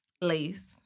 Lace